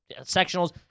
sectionals